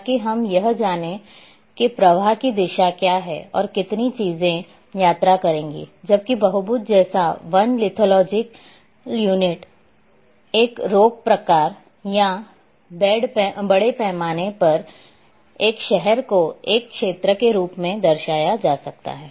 ताकि हम यह जाने कि प्रवाह की दिशा क्या है और कितनी चीजें यात्रा करेंगी जबकि बहुभुज जैसे वन लिथोलॉजिकल यूनिट एक रॉक प्रकार या बड़े पैमाने पर एक शहर को एक क्षेत्र के रूप में दर्शाया जा सकता है